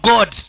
God